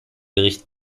bericht